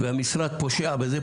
והמשרד פושע בזה,